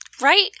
Right